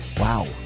wow